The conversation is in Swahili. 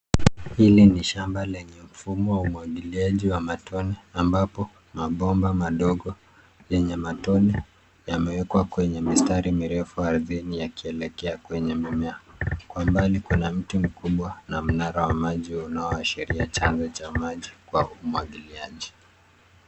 Hili ni shamba lenye mfumo wa umwagiliaji wa matone ambapo mabomba madogo yenye matone yamewekwa kwenye mistari mirefu ardhini yakielekea kwenye mimea. Kwa mbali kuna mti mkubwa na mnara wa maji unaoashiria chanzo za maji kwa umwagiliaji.